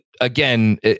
again